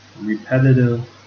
repetitive